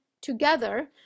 together